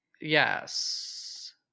yes